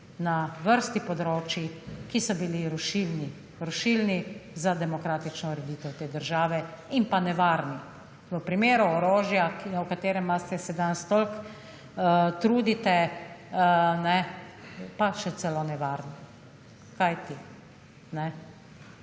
na vrsti področij, ki so bili rušilni, rušilni za demokratično ureditev te države in pa nevarni. V primeru orožja, o katerem se danes toliko trudite, pa še celo nevarni, kajti še